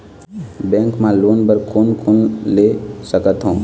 Bank मा loan बर कोन कोन ले सकथों?